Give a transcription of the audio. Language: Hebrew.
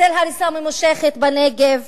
בצל הריסה ממושכת בנגב,